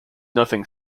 nothing